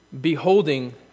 beholding